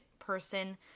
person